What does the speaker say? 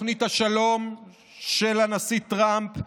בתוכנית השלום של הנשיא טראמפ,